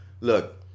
look